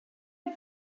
had